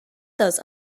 those